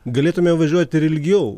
galėtume važiuot ir ilgiau